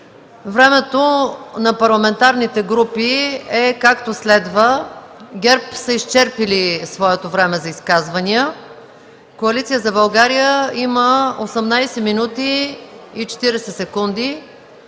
Времето на парламентарните групи е, както следва: ГЕРБ са изчерпили своето време за изказвания, Коалиция за България има 18,40 минути,